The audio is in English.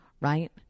right